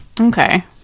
Okay